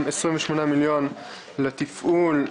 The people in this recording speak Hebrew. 28 מיליון לתפעול,